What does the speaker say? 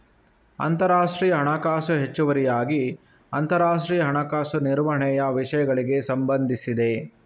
ಅಂತರರಾಷ್ಟ್ರೀಯ ಹಣಕಾಸು ಹೆಚ್ಚುವರಿಯಾಗಿ ಅಂತರರಾಷ್ಟ್ರೀಯ ಹಣಕಾಸು ನಿರ್ವಹಣೆಯ ವಿಷಯಗಳಿಗೆ ಸಂಬಂಧಿಸಿದೆ